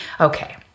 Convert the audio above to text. Okay